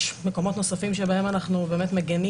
יש מקומות נוספים שבהם אנחנו באמת מגנים